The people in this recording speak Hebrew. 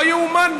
לא יאומן.